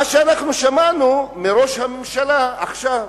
מה ששמענו מראש הממשלה עכשיו,